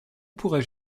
pourrais